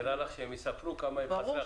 נראה לך שהם יספרו כמה הם חסרי אחריות?